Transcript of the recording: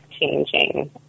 changing